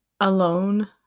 alone